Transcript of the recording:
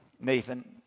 Nathan